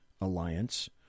alliance